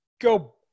Go